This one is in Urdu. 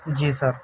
جی سر